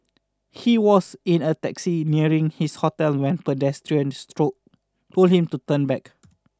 he was in a taxi nearing his hotel when pedestrians stroke told him to turn back